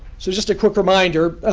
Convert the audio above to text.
so just a quick reminder,